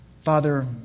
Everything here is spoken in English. Father